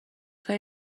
کاری